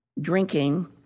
drinking